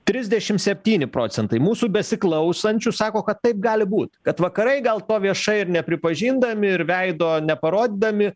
trisdešim septyni procentai mūsų besiklausančių sako kad taip gali būt kad vakarai gal to viešai ir nepripažindami ir veido neparodydami